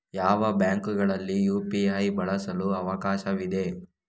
ಯಾವ ಬ್ಯಾಂಕುಗಳಲ್ಲಿ ಯು.ಪಿ.ಐ ಬಳಸಲು ಅವಕಾಶವಿದೆ?